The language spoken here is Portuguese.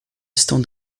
estão